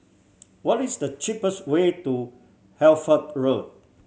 what is the cheapest way to Hertford Road